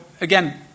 again